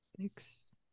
six